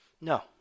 No